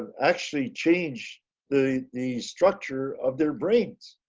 um actually change the the structure of their brains,